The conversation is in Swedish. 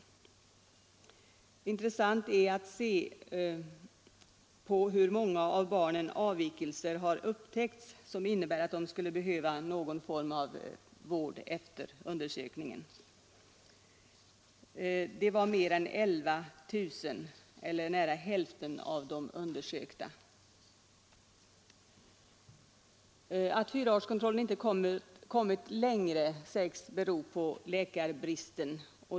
Det är intressant att se på hur många av barnen man har upptäckt avvikelser, som innebär att de skulle behöva någon form av vård efter undersökningen. Det var fallet med mer än 11 000 eller nära hälften av de undersökta barnen. Att fyraårskontrollen inte kommit längre sägs bero på läkarbrist.